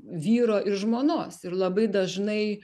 vyro ir žmonos ir labai dažnai